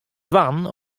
dwaan